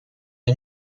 une